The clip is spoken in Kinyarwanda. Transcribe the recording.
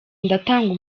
ndatanga